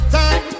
time